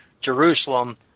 Jerusalem